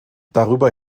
darüber